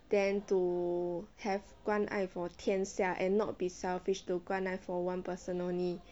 then to have 关爱 for 天下 and not be selfish 关爱 for one person only